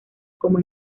como